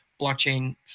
blockchain